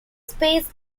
space